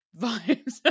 vibes